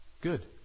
Good